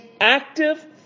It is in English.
active